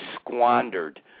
squandered